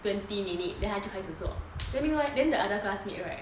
twenty minute then 他就开始做 then the other classmate right